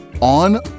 on